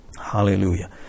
Hallelujah